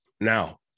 Now